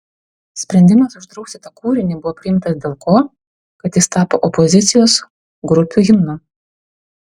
sprendimas uždrausti tą kūrinį buvo priimtas dėl ko kad jis tapo opozicijos grupių himnu